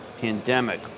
pandemic